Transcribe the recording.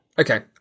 okay